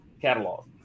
catalog